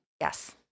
Yes